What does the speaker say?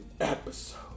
episode